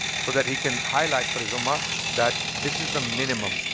so that he can highlight for his ummah that this is the minimum.